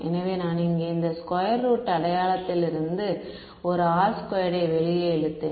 எனவே நான் இங்கே இந்த ஸ்கொயர் ரூட்டில் அடையாளத்திலிருந்து ஒரு R2 யை வெளியே இழுத்தேன்